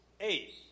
eight